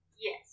Yes